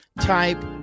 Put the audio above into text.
type